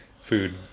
food